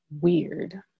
weird